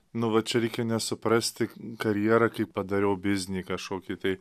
nu va čia nesuprasti karjera kai padariau biznį kašokį tai